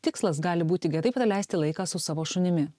tikslas gali būti gerai praleisti laiką su savo šunimi